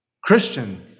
Christian